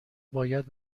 باید